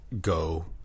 go